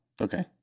okay